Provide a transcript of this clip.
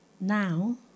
Now